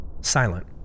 Silent